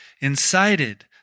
incited